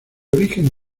origen